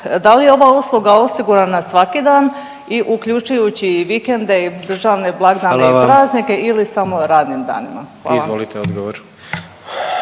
Da li je ova usluga osigurana svaki dan i uključujući i vikende i državne blagdane i praznike …/Upadica: Hvala vam./…